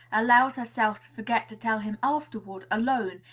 allows herself to forget to tell him afterward, alone,